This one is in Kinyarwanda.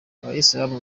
abayisilamu